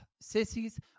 Sissies